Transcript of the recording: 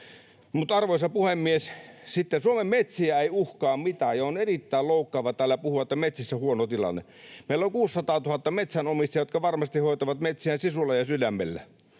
sitten, arvoisa puhemies: Suomen metsiä ei uhkaa mikään, ja on erittäin loukkaavaa täällä puhua, että metsissä on huono tilanne. Meillä on 600 000 metsänomistajaa, jotka varmasti hoitavat metsiään sisulla ja sydämellä.